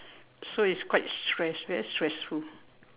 so it's quite stress very stressful